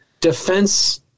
defense